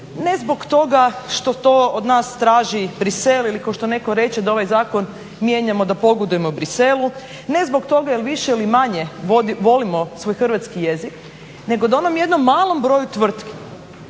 ne zbog toga što to od nas traži Bruxelles ili kao što netko reče da ovaj zakon mijenjamo da pogodujemo Bruxelles, ne zbog toga jel više ili manje volimo svoj hrvatski jezik nego da onom jednom malom broju tvrtki